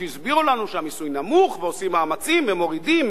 שהסבירו לנו שהמיסוי נמוך ועושים מאמצים ומורידים,